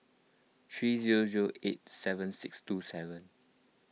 three zero zero eight seven six two seven